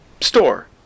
store